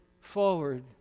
forward